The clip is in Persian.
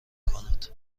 کند